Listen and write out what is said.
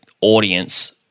audience